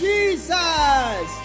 Jesus